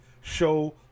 show